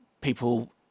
people